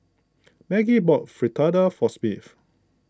Maggie bought Fritada for Smith